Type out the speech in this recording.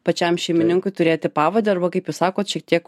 pačiam šeimininkui turėti pavadį arba kaip jūs sakot šiek tiek